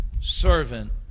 servant